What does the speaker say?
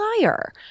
liar